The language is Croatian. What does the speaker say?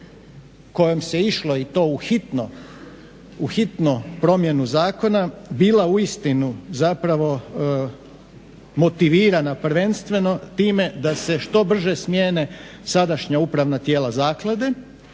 kojom se išlo i to u hitno, u hitnu promjenu zakona bila uistinu, zapravo motivirana prvenstveno time da se što brže smijene sadašnja upravna tijela zaklade